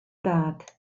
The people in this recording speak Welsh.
dad